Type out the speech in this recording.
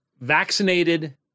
vaccinated